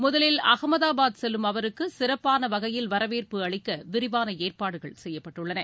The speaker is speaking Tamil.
முதலில் அகமதாபாத் செல்லும் அவருக்கு சிறப்பான வகையில் வரவேற்பு அளிக்க விரிவான ஏற்பாடுகள் செய்யப்பட்டுள்ளன